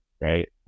right